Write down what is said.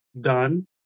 done